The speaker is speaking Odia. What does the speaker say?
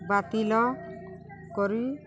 ବାତିଲ କରି